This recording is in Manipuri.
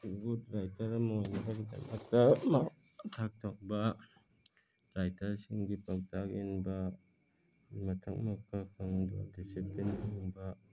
ꯒꯨꯗ ꯔꯥꯏꯇꯔ ꯑꯃ ꯑꯣꯏꯅꯕꯒꯤꯗꯃꯛꯇ ꯇꯧꯕ ꯔꯥꯏꯇꯔꯁꯤꯡꯒꯤ ꯄꯥꯎꯇꯥꯛ ꯏꯟꯕ ꯃꯊꯛ ꯃꯈꯥ ꯈꯪꯕ ꯗꯤꯁꯤꯄ꯭ꯂꯤꯟ ꯈꯪꯕ